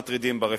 מטרידות ברפורמה,